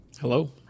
Hello